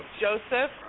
Joseph